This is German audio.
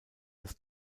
das